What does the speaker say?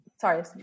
Sorry